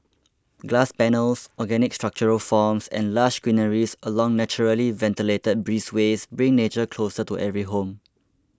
glass panels organic structural forms and lush greenery along naturally ventilated breezeways bring nature closer to every home